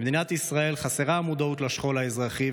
במדינת ישראל חסרה המודעות לשכול האזרחי,